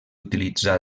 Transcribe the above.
utilitzà